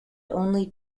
only